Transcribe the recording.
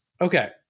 okay